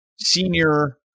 senior